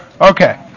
Okay